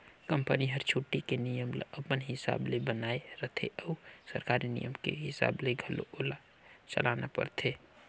company हर छुट्टी के नियम ल अपन हिसाब ले बनायें रथें अउ सरकारी नियम के हिसाब ले घलो ओला चलना परथे